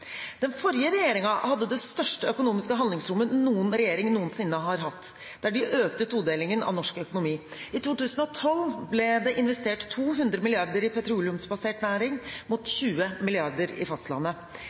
Den forrige regjeringen hadde det største økonomiske handlingsrommet noen regjering noensinne har hatt, der de økte todelingen av norsk økonomi. I 2012 ble det investert 200 mrd. kr i petroleumsbasert næring, mot